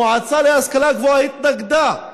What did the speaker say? המועצה להשכלה גבוהה התנגדה,